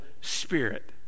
spirit